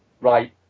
right